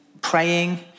praying